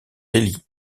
délit